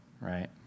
right